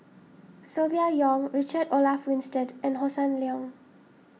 Silvia Yong Richard Olaf Winstedt and Hossan Leong